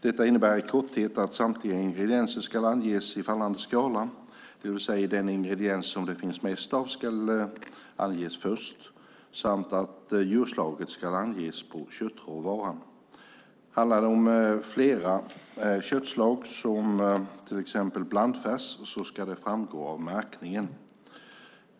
Detta innebär i korthet att samtliga ingredienser ska anges i fallande skala, det vill säga den ingrediens som det finns mest av ska anges först, samt att djurslaget ska anges på köttråvaran. Handlar det om flera köttslag, som till exempel blandfärs, ska det framgå av märkningen.